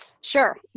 Sure